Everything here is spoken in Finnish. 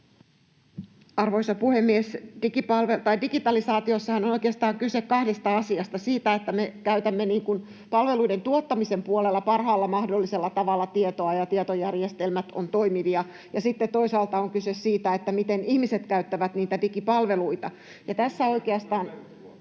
Arvoisa puhemies! Digitalisaatiossahan on oikeastaan kyse kahdesta asiasta: Siitä, että me käytämme palveluiden tuottamisen puolella parhaalla mahdollisella tavalla tietoa ja että tietojärjestelmät ovat toimivia. Ja sitten toisaalta on kyse siitä, miten ihmiset käyttävät niitä digipalveluita. [Hannu